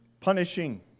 Punishing